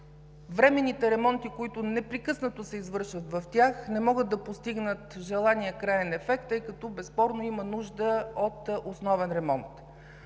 временните ремонти, които непрекъснато се извършват в тях, не могат да постигнат желания краен ефект, тъй като безспорно имат нужда от основен ремонт.